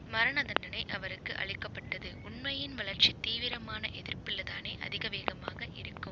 மரண தண்டனை அவருக்கு அளிக்கப்பட்டது உண்மையின் வளர்ச்சி தீவிரமான எதிர்ப்புலதானே அதிக வேகமாக இருக்கும்